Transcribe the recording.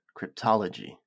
Cryptology